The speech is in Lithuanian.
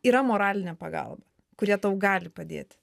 yra moralinė pagalba kurie tau gali padėti